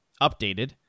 updated